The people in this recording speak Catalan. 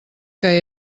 que